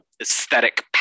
aesthetic